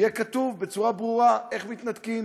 יהיה כתוב בצורה ברורה איך מתנתקים: